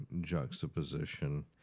Juxtaposition